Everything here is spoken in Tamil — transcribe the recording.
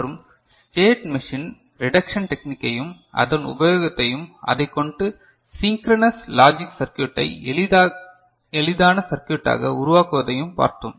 மற்றும் ஸ்டேட் மெஷின் ரிடக்சன் டெக்னிக்கையும் அதன் உபயோகத்தையும் அதைக்கொண்டு சிங்கரனஸ் லாஜிக் சர்க்யூட்டை எளிதான சர்க்யூட்டாக உருவாக்குவதையும் பார்த்தோம்